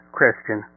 Christian